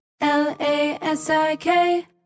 L-A-S-I-K